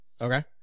Okay